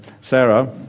Sarah